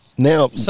Now